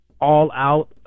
all-out